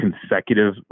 consecutive